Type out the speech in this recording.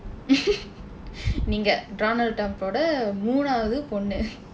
நீங்க:niingka donald trump-voda வோட மூணாவது பொண்ணு:munaavathu ponnu